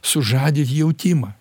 sužadit jautimą